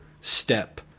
step